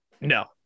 No